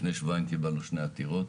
לפני שבועיים קיבלנו שתי עתירות,